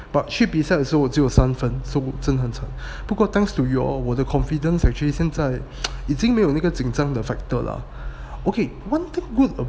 but 去比赛的时候我只有三分 so 真的很差不过 thanks to you all 我的 confidence actually 现在 已经没有那个紧张的 factor lah